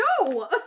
No